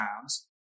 times